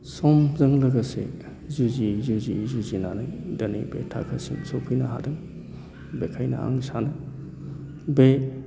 समजों लोगोसे जुजियै जुजियै जुजिनानै दिनै बे थाथायसिम सफैनो हादों बेखायनो आं सानो बे